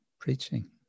preaching